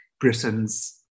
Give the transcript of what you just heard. Britain's